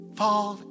fall